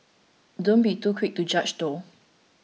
don't be too quick to judge though